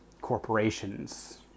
corporations